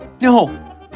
No